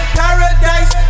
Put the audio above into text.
paradise